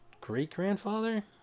great-grandfather